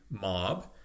mob